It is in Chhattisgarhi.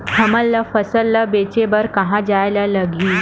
हमन ला फसल ला बेचे बर कहां जाये ला लगही?